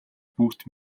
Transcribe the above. бүгд